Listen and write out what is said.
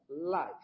life